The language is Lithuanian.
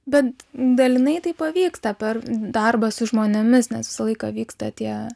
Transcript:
bent dalinai tai pavyksta per darbą su žmonėmis nes visą laiką vyksta tie